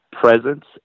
presence